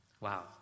Wow